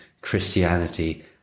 Christianity